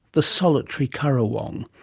the solitary currawong.